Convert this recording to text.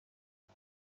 متر